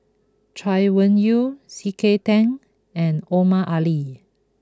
Chay Weng Yew C K Tang and Omar Ali